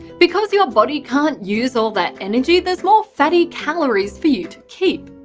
because your body can't use all that energy there's more fatty calories for you to keep.